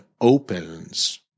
opens